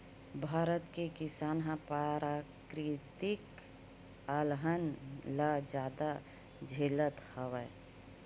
भारत के किसान ह पराकिरितिक अलहन ल जादा झेलत हवय